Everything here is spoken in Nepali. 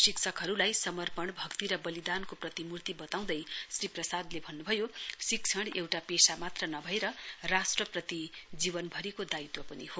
शिक्षकहरूलाई समर्पण भक्ति र बलिदानको प्रतिमूर्ति बताउँदै श्री प्रसादले भन्नु भयो शिक्षण एउटा पेशा मात्र नभएर राष्ट्रप्रति जीवनभरिको दायित्व पनि हो